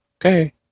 Okay